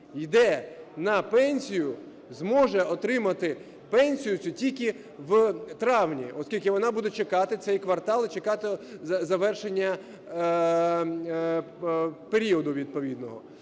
йде на пенсію, зможе отримати пенсію цю тільки в травні. Оскільки вона буде чекати цей квартал і чекати завершення періоду відповідного.